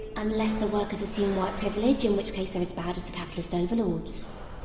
unless the workers assume white privilege, in which case they're as bad as the capitalist overlords. ooo